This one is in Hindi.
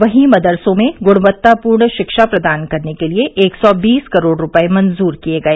वहीं मदरसों में गुणवत्तापूर्ण शिक्षा प्रदान करने के लिए एक सौ बीस करोड़ रुपये मंजूर किए गए